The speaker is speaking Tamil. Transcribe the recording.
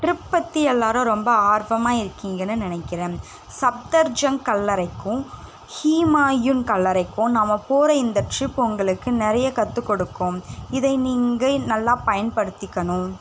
டிரிப் பற்றி எல்லோரும் ரொம்ப ஆர்வமாக இருக்கீங்கன்னு நினைக்கிறேன் சப்தர்ஜங் கல்லறைக்கும் ஹுமாயுன் கல்லறைக்கும் நம்ம போகிற இந்த டிரிப் உங்களுக்கு நிறைய கத்துக்கொடுக்கும் இதை நீங்கள் நல்லா பயன்படுத்திக்கணும்